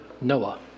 Noah